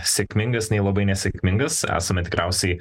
sėkmingas nei labai nesėkmingas esame tikriausiai